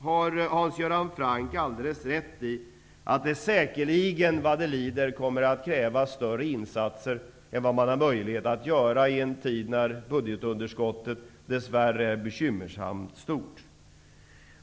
Franck helt rätt i att det säkerligen vad det lider kommer att krävas större insatser än vad man har möjlighet att göra i en tid när budgetunderskottet dess värre är bekymmersamt stort.